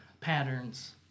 patterns